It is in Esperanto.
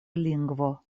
lingvo